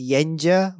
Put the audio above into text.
Yenja